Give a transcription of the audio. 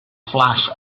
flash